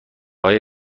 های